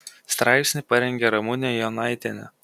straipsnį parengė ramūnė jonaitienė